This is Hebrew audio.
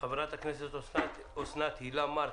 חה"כ אסנת הילה מארק,